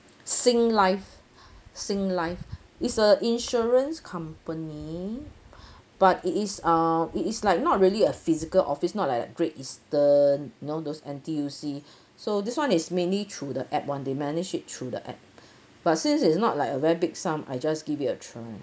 sing life sing life is a insurance company but it is uh it is like not really a physical office not like like great eastern you know those N_T_U_C so this [one] is mainly through the app one they manage it through the app but since it's not like a very big sum I just give it a try